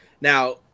now